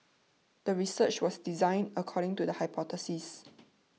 the research was designed according to the hypothesis